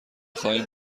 خواهیم